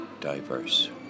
diverse